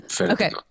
Okay